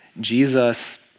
Jesus